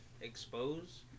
expose